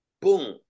boom